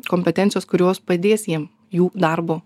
kompetencijos kurios padės jiem jų darbo